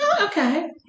Okay